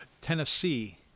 Tennessee